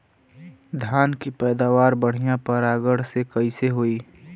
धान की पैदावार बढ़िया परागण से कईसे होई?